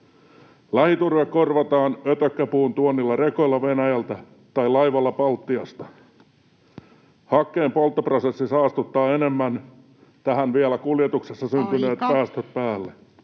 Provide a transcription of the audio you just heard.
Lähiturve korvataan ötökkäpuun tuonnilla rekoilla Venäjältä tai laivalla Baltiasta. Hakkeenpolttoprosessi saastuttaa enemmän — tähän vielä kuljetuksessa [Puhemies: Aika!] syntyneet päästöt päälle.